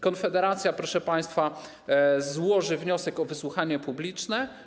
Konfederacja, proszę państwa, złoży wniosek o wysłuchanie publiczne.